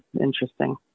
interesting